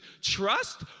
Trust